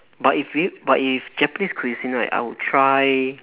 but if you but if japanese cuisine right I would try